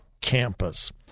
campus